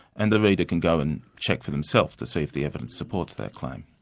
and the reader can go and check for themselves to see if the evidence supports that claim.